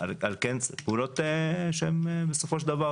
פעולות שהן בסופו של דבר